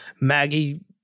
Maggie